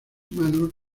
manos